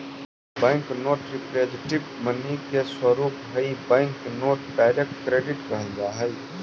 bank note representative money के स्वरूप हई बैंक नोट डायरेक्ट क्रेडिट कहल जा हई